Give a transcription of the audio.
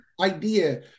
idea